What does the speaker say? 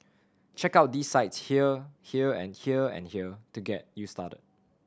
check out these sites here here and here and here to get you started